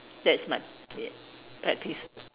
that's my ya pet peeve